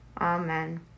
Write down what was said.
Amen